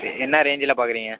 என்ன ரேஞ்சில் பார்க்குறீங்க